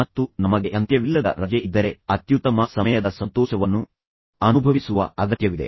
ಮತ್ತು ನಮಗೆಅಂತ್ಯವಿಲ್ಲದ ರಜೆ ಇದ್ದರೆ ಅತ್ಯುತ್ತಮ ಸಮಯದ ಸಂತೋಷವನ್ನು ಅನುಭವಿಸುವ ಅಗತ್ಯವಿದೆ